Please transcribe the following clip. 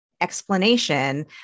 explanation